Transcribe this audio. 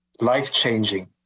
life-changing